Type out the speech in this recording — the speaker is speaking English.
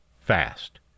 fast